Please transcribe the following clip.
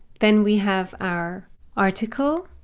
then we have our article.